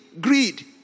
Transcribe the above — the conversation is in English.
Greed